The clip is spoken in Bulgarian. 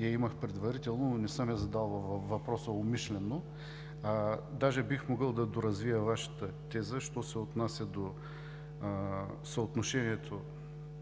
я имах предварително, но не съм я задавал във въпроса умишлено. Бих могъл да доразвия Вашата теза, що се отнася до съотношението